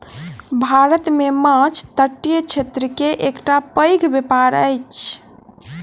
भारत मे माँछ तटीय क्षेत्र के एकटा पैघ व्यापार अछि